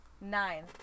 Nine